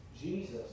Jesus